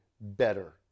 better